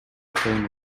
атайын